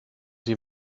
sie